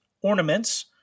ornaments